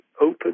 open